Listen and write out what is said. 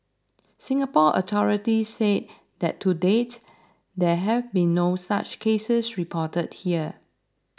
Singapore authorities said that to date there have been no such cases reported here